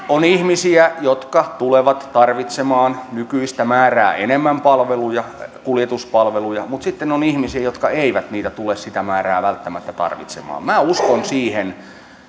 on ihmisiä jotka tulevat tarvitsemaan nykyistä määrää enemmän palveluja kuljetuspalveluja mutta sitten on ihmisiä jotka eivät niitä tule sitä määrää välttämättä tarvitsemaan minä uskon